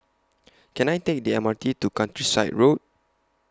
Can I Take The M R T to Countryside Road